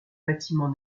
bâtiment